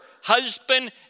husband